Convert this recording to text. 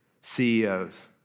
CEOs